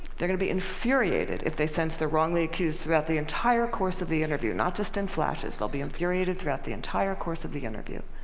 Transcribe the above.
they're going to be infuriated if they sense they're wrongly accused throughout the entire course of the interview, not just in flashes they'll be infuriated throughout the entire course of the interview.